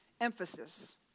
emphasis